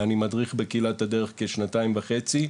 אני מדריך בקהילת הדרך כשנתיים וחצי,